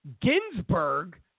Ginsburg